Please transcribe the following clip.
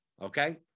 Okay